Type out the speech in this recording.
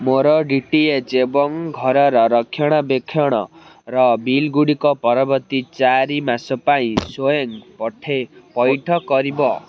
ମୋର D T H ଏବଂ ଘରର ରକ୍ଷଣାବେକ୍ଷଣ ର ବିଲ୍ଗୁଡ଼ିକ ପରବର୍ତ୍ତୀ ଚାରି ମାସ ପାଇଁ ସ୍ଵୟଂ ପଇଠ କରିବ